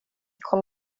kom